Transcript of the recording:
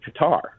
Qatar